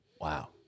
Wow